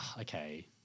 okay